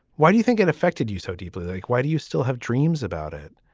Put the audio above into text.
why do you think it affected you so deeply. like why do you still have dreams about it